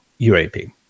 UAP